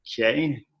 okay